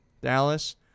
Dallas